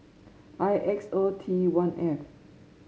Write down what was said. I X O T one F